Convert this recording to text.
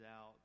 out